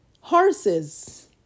horses